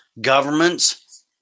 governments